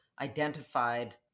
identified